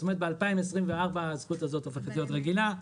כלומר ב-2024 הזכות הזאת הופכת להיות רגילה.